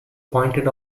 pointed